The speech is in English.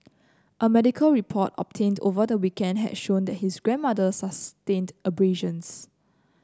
a medical report obtained over the weekend has showed his grandmother sustained abrasions